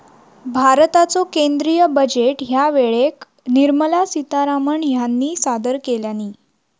भारताचो केंद्रीय बजेट ह्या वेळेक निर्मला सीतारामण ह्यानी सादर केल्यानी